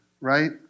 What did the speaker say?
right